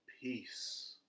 peace